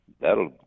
that'll